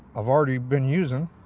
i've already been using.